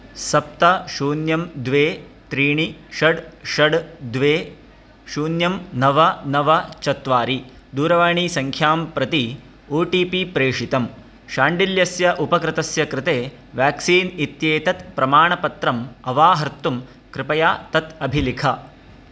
सप्त शून्यं द्वे त्रीणि षड् षड् द्वे शून्यं नव नव चत्वारि दूरवाणीसङ्ख्यां प्रति ओ टि पि प्रेषितं शाण्डिल्यस्य उपकृतस्य कृते वेक्सीन् इत्येतत् प्रमाणपत्रम् अवाहर्तुं कृपया तत् अभिलिख